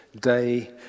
day